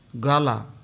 gala